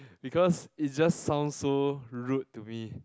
because it just sounds so rude to me